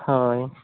ᱦᱳᱭ